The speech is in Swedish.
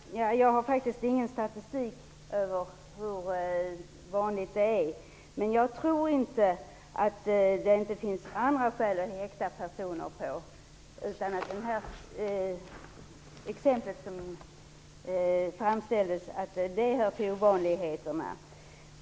Fru talman! Jag har faktiskt inte någon statistik över hur vanligt det är, men jag tror inte att det inte finns andra skäl att häkta personer på utan att det exempel som anfördes hör till ovanligheterna.